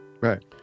Right